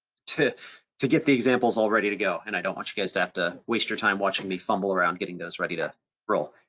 to to get the examples all ready to go, and i don't want you guys to have to waste your time watching me fumble around, getting those ready to roll.